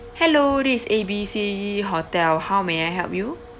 hello this A B C hotel how may I help you